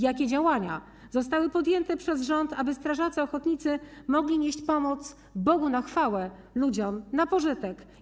Jakie działania zostały podjęte przez rząd, aby strażacy ochotnicy mogli nieść pomoc Bogu na chwałę, ludziom na pożytek?